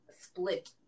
Split